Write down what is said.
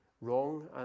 wrong